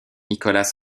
nicholas